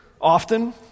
often